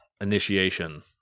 initiation